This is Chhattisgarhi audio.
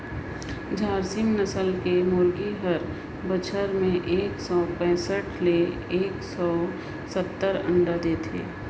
झारसीम नसल के मुरगी हर बच्छर में एक सौ पैसठ ले एक सौ सत्तर अंडा देथे